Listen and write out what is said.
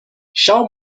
schau